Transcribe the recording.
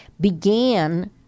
began